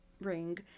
ring